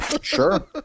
Sure